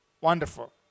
Wonderful